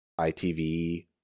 ITV